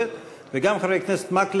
חבר הכנסת מוזס,